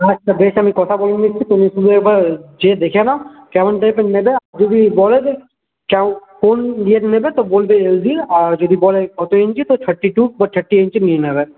আচ্ছা বেশ আমি কথা বলে নিচ্ছি তুমি শুধু একবার গিয়ে দেখে নাও কেমন টাইপের নেবে যদি বলে যে কেমন কোন ইয়ের নেবে তো বলবে এলজি আর যদি বলে কত ইঞ্চি তো থার্টি টু বা থার্টি ইঞ্চি নিয়ে নেবে